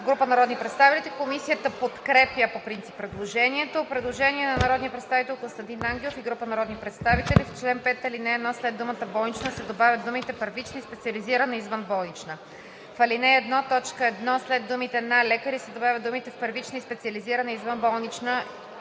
група народни представители. Комисията подкрепя по принцип предложението. Предложение на народния представител Костадин Ангелов и група народни представители: „В чл. 5: а) в ал. 1 след думата „болнична“ се добавят думите „първична и специализирана извънболнична“; б) в ал. 1, т. 1 след думите „на лекари“ се добавят думите „в първична и специализирана извънболнична